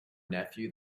nephew